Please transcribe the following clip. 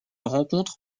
rencontre